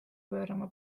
pöörama